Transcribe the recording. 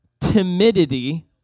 timidity